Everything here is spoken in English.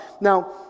Now